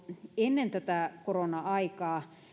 ennen tätä korona aikaa